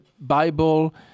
Bible